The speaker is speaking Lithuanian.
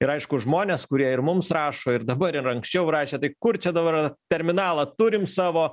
ir aišku žmonės kurie ir mums rašo ir dabar ir anksčiau rašė tai kur čia dabar terminalą turim savo